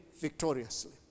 victoriously